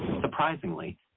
Surprisingly